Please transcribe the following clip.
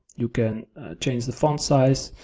you can change the font size,